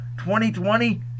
2020